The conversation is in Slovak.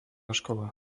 škola